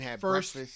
first